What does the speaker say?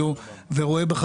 רונן אלעד,